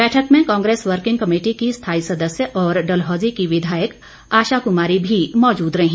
बैठक में Congress working committee की स्थाई सदस्य और डलहौजी की विघायक आशा कुमारी भी मौजूद रहीं